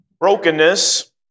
Brokenness